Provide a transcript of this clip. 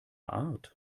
art